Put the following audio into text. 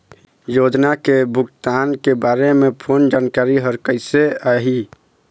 योजना के भुगतान के बारे मे फोन जानकारी हर कइसे आही?